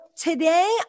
today